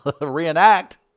reenact